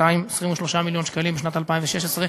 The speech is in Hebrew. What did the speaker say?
223 מיליון שקלים לשנת 2016,